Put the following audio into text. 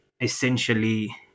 essentially